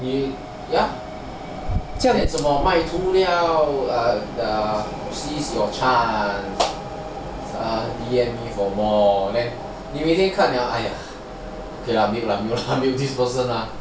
ya like mai tu liao err seize your chance err P_M me for more then 每天看了 then I like !aiya! mute lah mute lah mute this person lah